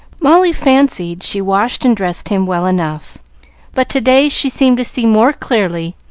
molly fancied she washed and dressed him well enough but to-day she seemed to see more clearly,